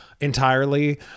entirely